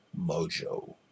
mojo